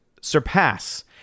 surpass